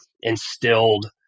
instilled